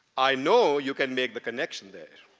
i know you can make the connection there.